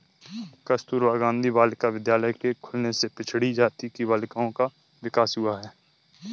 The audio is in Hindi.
कस्तूरबा गाँधी बालिका विद्यालय के खुलने से पिछड़ी जाति की बालिकाओं का विकास हुआ है